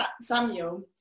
Samuel